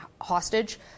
hostage